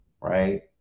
Right